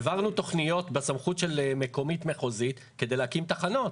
העברנו תוכניות בסמכות של מקומית-מחוזית כדי להקים תחנות.